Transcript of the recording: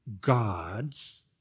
God's